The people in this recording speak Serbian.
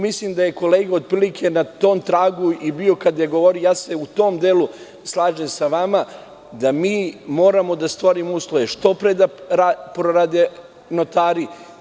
Mislim da je kolega na tom tragu i bio kada je govorio, u tom delu se slažem sa vama, da moramo da stvorimo uslove da što pre prorade notari.